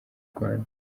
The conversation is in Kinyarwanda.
rwanda